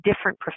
different